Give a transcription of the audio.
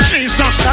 Jesus